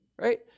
right